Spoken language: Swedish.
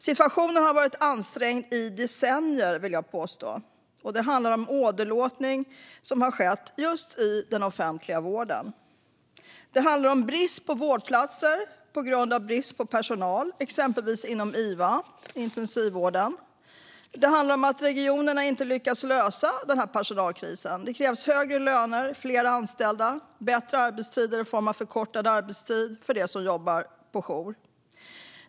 Situationen har varit ansträngd i decennier, vill jag påstå. Det handlar om den åderlåtning som skett just i den offentliga vården. Det handlar om brist på vårdplatser på grund av brist på personal, exempelvis inom iva, intensivvården. Det handlar om att regionerna inte lyckats lösa den här personalkrisen. Det krävs högre löner, fler anställda och bättre arbetstider i form av förkortad arbetstid för dem som jobbar jour.